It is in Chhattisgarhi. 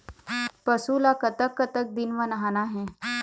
पशु ला कतक कतक दिन म नहाना हे?